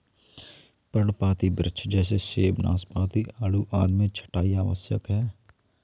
पर्णपाती वृक्ष जैसे सेब, नाशपाती, आड़ू आदि में छंटाई आवश्यक है